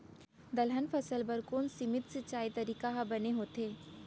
दलहन फसल बर कोन सीमित सिंचाई तरीका ह बने होथे?